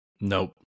Nope